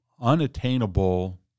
unattainable